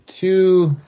two